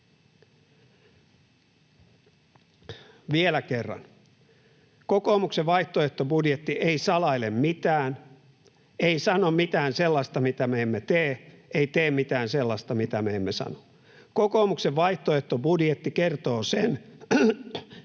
Vielä kerran: Kokoomuksen vaihtoehtobudjetti ei salaile mitään, ei sano mitään sellaista, mitä me emme tee, ei tee mitään sellaista, mitä me emme sano. Kokoomuksen vaihtoehtobudjetti kertoo, millä